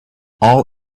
all